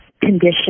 condition